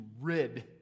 rid